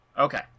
Okay